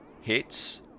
hits